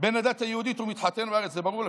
בן הדת היהודית, הוא מתחתן בארץ, זה ברור לך.